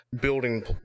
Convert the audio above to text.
building